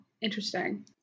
Interesting